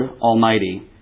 Almighty